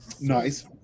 Nice